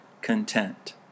content